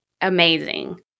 amazing